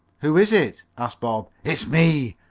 who is it? asked bob. it's me,